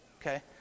okay